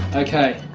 okay,